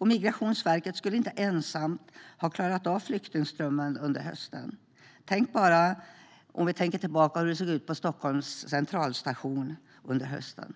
Migrationsverket skulle inte ensamt ha klarat av flyktingströmmen under hösten 2015. Tänk bara tillbaka på hur det såg ut på Stockholms centralstation under hösten!